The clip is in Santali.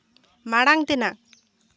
ᱢᱟᱲᱟᱝ ᱛᱮᱱᱟᱜ